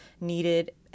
needed